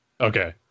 Okay